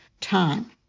time